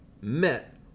met